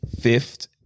fifth